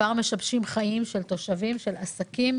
משבשת חיים של תושבים, של עסקים